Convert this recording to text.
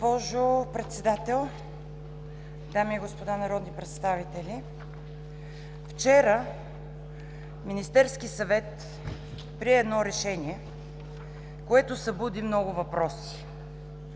Госпожо Председател, дами и господа народни представители! Вчера Министерският съвет прие едно решение, което събуди много въпроси,